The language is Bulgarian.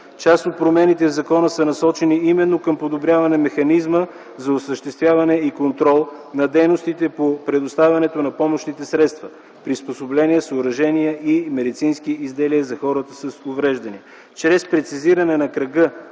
Част от промените в закона са насочени именно към подобряване механизма за осъществяване и контрол на дейностите по предоставянето на помощните средства, приспособления, съоръжения и медицински изделия за хората с увреждания,